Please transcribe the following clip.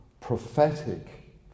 prophetic